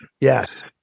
Yes